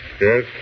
Yes